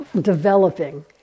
developing